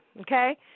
okay